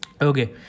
Okay